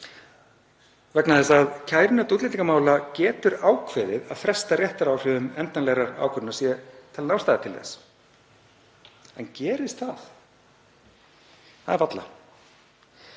vegna þess að kærunefnd útlendingamála getur ákveðið að fresta réttaráhrifum endanlegrar ákvörðunar sé talin ástæða til þess. En gerist það? Varla.